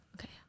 okay